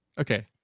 Okay